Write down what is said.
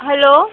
hello